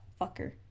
fucker